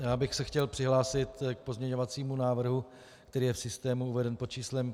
Já bych se chtěl přihlásit k pozměňovacímu návrhu, který je v systému uveden pod číslem 5423.